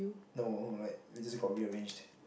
no like we just got rearranged